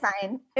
fine